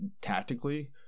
tactically